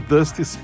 Dusty